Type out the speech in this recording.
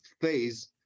phase